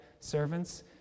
servants